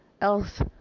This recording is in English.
else